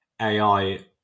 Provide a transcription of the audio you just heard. AI